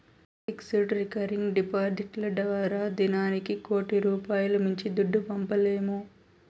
fixed, recurring డిపాడిట్లు ద్వారా దినానికి కోటి రూపాయిలు మించి దుడ్డు పంపలేము